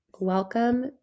Welcome